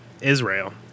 Israel